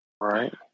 Right